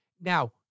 Now